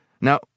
Now